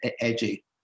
edgy